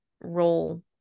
role